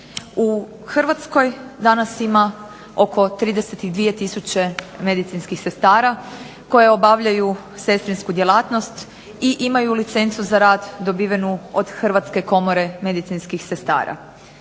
U Hrvatskoj danas ima oko 32 tisuće medicinskih sestara, koje obavljaju sestrinsku djelatnost, i imaju licencu za rad dobivenu od Hrvatske komore medicinskih sestara.